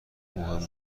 مهم